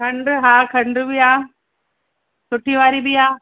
खंड हा खंड बि आहे सुठी वारी बि आहे